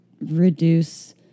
reduce